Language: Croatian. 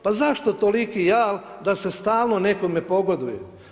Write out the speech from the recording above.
Pa zašto toliki jal da se stalno nekome pogoduje?